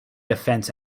offense